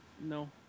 No